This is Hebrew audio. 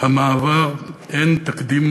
המערב אין תקדים